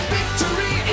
Victory